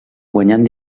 guanyant